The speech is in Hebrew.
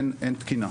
אין תקינה,